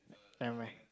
never mind